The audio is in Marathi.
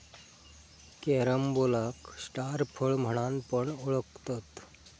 कॅरम्बोलाक स्टार फळ म्हणान पण ओळखतत